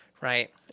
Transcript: right